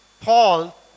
Paul